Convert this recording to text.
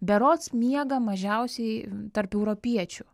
berods miega mažiausiai tarp europiečių